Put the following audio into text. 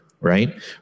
right